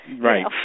Right